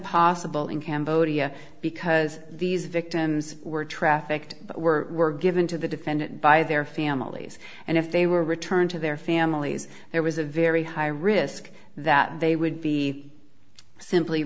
possible in cambodia because these victims were trafficked were given to the defendant by their families and if they were returned to their families there was a very high risk that they would be simply